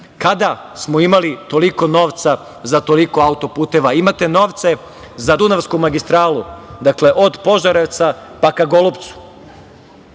Kada smo imali toliko novca za toliko autoputeva? Imate novca za dunavsku magistralu, dakle, od Požarevca pa ka Golupcu.